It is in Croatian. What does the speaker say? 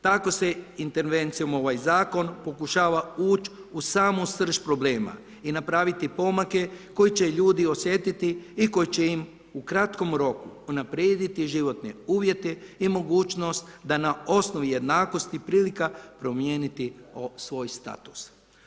Tako se intervencijom u ovaj zakon pokušava ući u samu srž problema i napraviti pomake koje će ljudi osjetiti i koji će im u kratkom roku unaprijediti životne uvjete i mogućnost da na osnovi jednakosti prilika promijeniti svoj status.